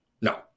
No